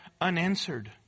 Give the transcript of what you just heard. unanswered